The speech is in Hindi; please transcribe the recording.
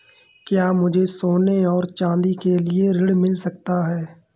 क्या मुझे सोने और चाँदी के लिए ऋण मिल सकता है?